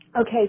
Okay